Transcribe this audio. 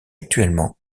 actuellement